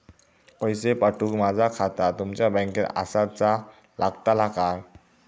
पैसे पाठुक माझा खाता तुमच्या बँकेत आसाचा लागताला काय?